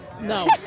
No